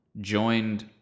joined